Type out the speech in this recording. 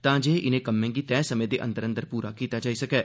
तांजे इनें कम्में गी तय समें दे अंदर अंदर पूरा कीता जाई सकै